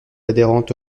adhérente